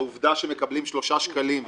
העובדה שמקבלים 3 שקלים,